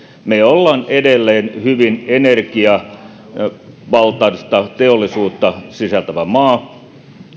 me olemme edelleen hyvin energiavaltaista teollisuutta sisältävä maa